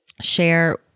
share